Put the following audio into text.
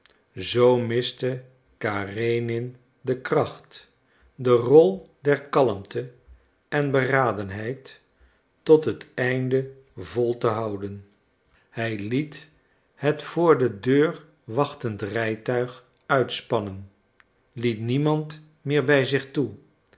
zoo miste karenin de kracht de rol der kalmte en beradenheid tot het einde vol te houden hij liet het voor de deur wachtend rijtuig uitspannen liet niemand meer bij zich toe